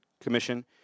Commission